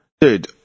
Dude